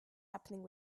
happening